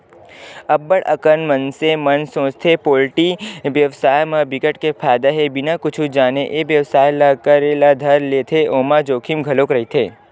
अब्ब्ड़ अकन मनसे मन सोचथे पोल्टी बेवसाय म बिकट के फायदा हे बिना कुछु जाने ए बेवसाय ल करे ल धर लेथे ओमा जोखिम घलोक रहिथे